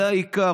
זה העיקר,